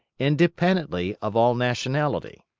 independently of all nationality.